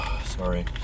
Sorry